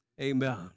Amen